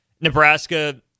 Nebraska